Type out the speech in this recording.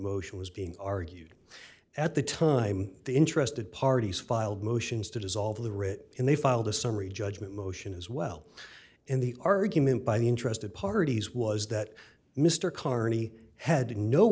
motion was being argued at the time the interested parties filed motions to dissolve the writ and they filed a summary judgment motion as well and the argument by the interested parties was that mr carney had no